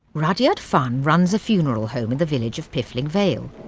rudyard funn runs a funeral home in the village of piffling vale.